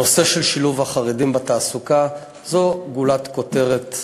הנושא של שילוב חרדים בתעסוקה זה גולת הכותרת,